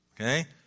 Okay